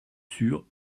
sûr